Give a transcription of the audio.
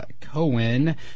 Cohen